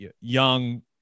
young